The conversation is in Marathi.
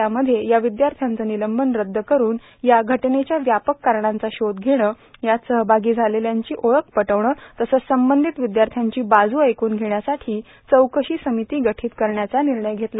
त्यामध्ये या विद्यार्थ्यांचे निलंबन रद्द करुन या घटनेच्या व्यापक कारणांचा शोध घेणं यात सहभागी झालेल्यांची ओळख पटवणं तसंच संबंधित विद्यार्थ्यांची बाजू ऐकून घेण्यासाठी चौकशी समिती गठीत करण्याचा निर्णय घेतला